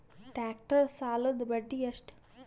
Tractor ಸಾಲದ್ದ ಬಡ್ಡಿ ಎಷ್ಟ?